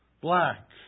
Black